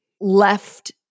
left